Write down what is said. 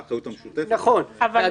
הוראות סעיף 42ג לחוק-יסוד: הכנסת וטרם הסתיימה